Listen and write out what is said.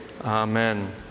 Amen